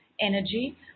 energy